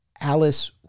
Alice